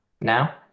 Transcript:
Now